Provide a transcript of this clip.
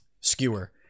skewer